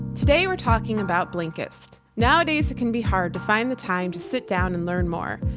today we're talking about blinkist. nowadays it can be hard to find the time to sit down and learn more.